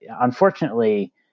unfortunately